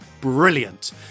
Brilliant